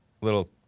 little